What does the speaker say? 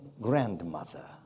grandmother